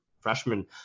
freshman